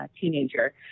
teenager